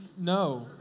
no